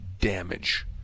damage